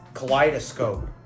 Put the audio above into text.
Kaleidoscope